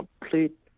complete